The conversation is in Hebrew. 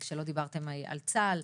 לא דיברתם על צה"ל,